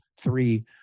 three